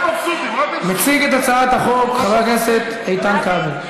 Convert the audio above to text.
מציג את הצעת החוק חבר הכנסת איתן כבל.